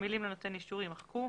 המילים "לנותן האישור" יימחקו.